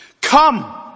Come